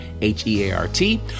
H-E-A-R-T